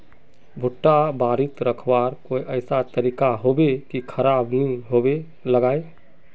भुट्टा बारित रखवार कोई ऐसा तरीका होबे की खराब नि होबे लगाई?